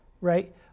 right